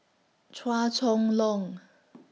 Chua Chong Long